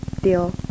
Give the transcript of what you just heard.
deal